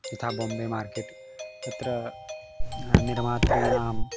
यथा बोम्बे मार्केट् तत्र निर्मातृणां